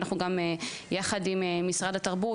ואנחנו גם יחד עם משרד התרבות,